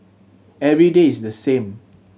every day is the same